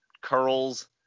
curls